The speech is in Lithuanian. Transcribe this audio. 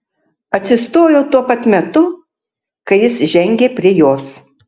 atsistojo tuo pat metu kai jis žengė prie jos